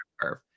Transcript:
curve